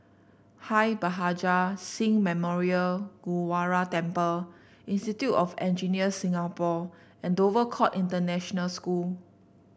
Bhai Maharaj Singh Memorial Gurdwara Temple Institute of Engineers Singapore and Dover Court International School